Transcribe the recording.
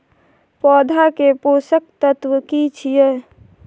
पौधा के पोषक तत्व की छिये?